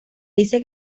dice